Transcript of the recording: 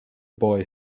boy